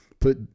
put